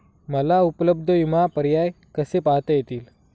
मला उपलब्ध विमा पर्याय कसे पाहता येतील?